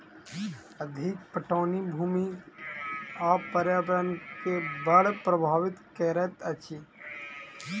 अधिक पटौनी भूमि आ पर्यावरण के बड़ प्रभावित करैत अछि